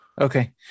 Okay